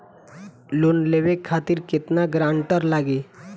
Loan लेवे खातिर केतना ग्रानटर लागी?